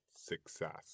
success